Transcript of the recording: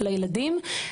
של הילדים.